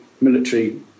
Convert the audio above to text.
military